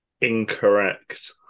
incorrect